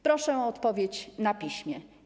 Proszę o odpowiedź na piśmie.